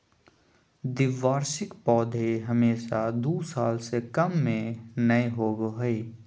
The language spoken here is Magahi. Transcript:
द्विवार्षिक पौधे हमेशा दू साल से कम में नयय होबो हइ